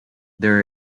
there